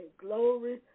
glory